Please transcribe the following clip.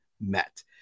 met